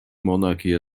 monarchy